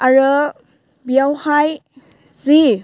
आरो बेयावहाय जि